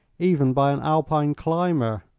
even by an alpine climber,